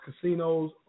casinos